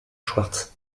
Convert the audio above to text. schwartz